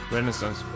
Renaissance